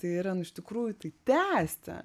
tai yra nu iš tikrųjų tai tęsti